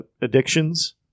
addictions